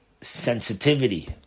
sensitivity